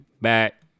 back